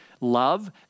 love